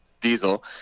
diesel